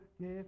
give